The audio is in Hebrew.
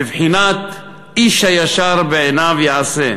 בבחינת איש הישר בעיניו יעשה.